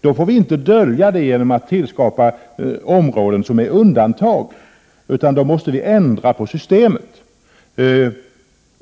Då får vi inte dölja det genom att tillskapa områden som utgör undantag, utan då måste vi ändra på systemet.